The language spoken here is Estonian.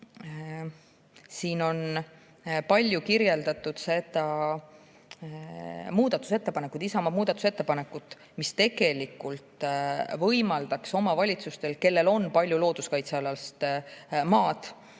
Siin on palju kirjeldatud seda Isamaa muudatusettepanekut, mis tegelikult võimaldaks omavalitsustel, kellel on palju looduskaitsealust maad,